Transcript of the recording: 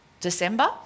December